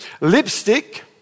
Lipstick